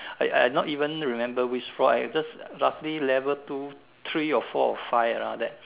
I I not even remember which floor I just roughly level two three or four or five around there